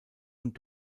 und